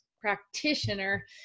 practitioner